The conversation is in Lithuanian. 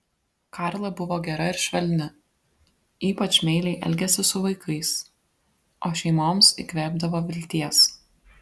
karla buvo gera ir švelni ypač meiliai elgėsi su vaikais o šeimoms įkvėpdavo vilties